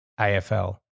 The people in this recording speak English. AFL